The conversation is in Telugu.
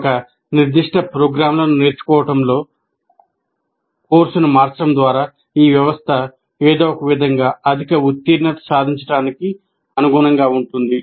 ఒక నిర్దిష్ట ప్రోగ్రామ్లను నేర్చుకోవడంలో కోర్సును మార్చడం ద్వారా ఈ వ్యవస్థ ఏదో ఒకవిధంగా అధిక ఉత్తీర్ణత సాధించడానికి అనుగుణంగా ఉంటుంది